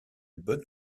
bonnes